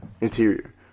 Interior